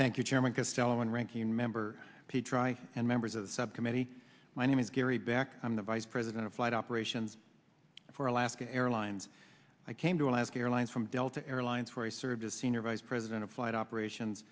thank you chairman castello and ranking member to try and members of the subcommittee my name is gary back i'm the vice president of flight operations for alaska airlines i came to alaska airlines from delta airlines where i served as senior vice president of flight operations